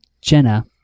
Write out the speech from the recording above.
Jenna